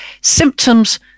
Symptoms